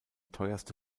teuerste